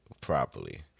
properly